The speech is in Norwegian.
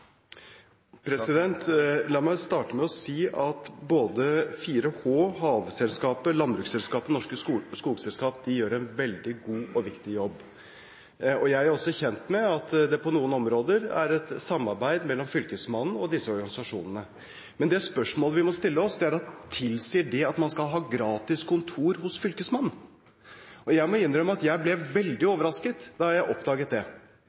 La meg starte med å si at både 4H, Hageselskapet, Landbruksselskapet og Det norske Skogselskap gjør en veldig god og viktig jobb. Jeg er også kjent med at det på noen områder er et samarbeid mellom Fylkesmannen og disse organisasjonene. Men det spørsmålet vi må stille oss, er om det tilsier at man skal ha gratis kontor hos Fylkesmannen. Jeg må innrømme at jeg ble veldig overrasket da jeg oppdaget det.